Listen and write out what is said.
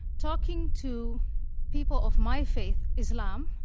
talking to people of my faith, islam,